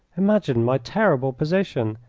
imagine my terrible position!